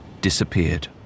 disappeared